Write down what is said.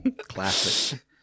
Classic